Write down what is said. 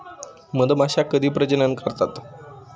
मधमाश्या कधी प्रजनन करतात?